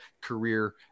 career